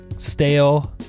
stale